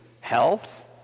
health